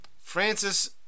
Francis